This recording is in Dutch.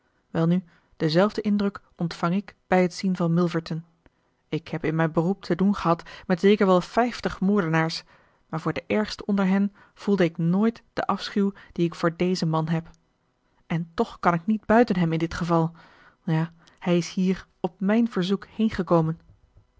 welnu denzelfden indruk ontvang ik bij het zien van milverton ik heb in mijn beroep te doen gehad met zeker wel vijftig moordenaars maar voor den ergste onder hen voelde ik nooit den afschuw dien ik voor dezen man heb en toch kan ik niet buiten hem in dit geval ja hij is hier op mijn verzoek heen gekomen